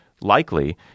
likely